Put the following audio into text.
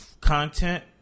content